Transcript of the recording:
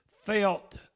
felt